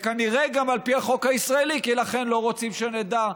וכנראה גם על פי החוק הישראלי כי לכן לא רוצים שנדע.